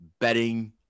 betting